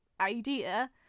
idea